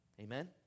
amen